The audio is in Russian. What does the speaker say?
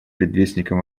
предвестником